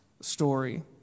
story